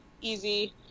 easy